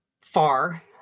far